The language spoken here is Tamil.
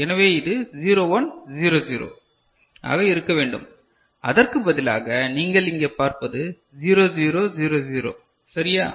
எனவே இது 0 1 0 0 ஆக இருக்க வேண்டும் அதற்கு பதிலாக நீங்கள் இங்கே பார்ப்பது 0 0 0 0 சரியா